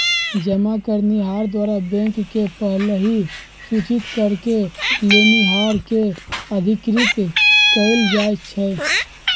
जमा करनिहार द्वारा बैंक के पहिलहि सूचित करेके लेनिहार के अधिकृत कएल जाइ छइ